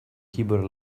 keyboard